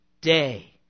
day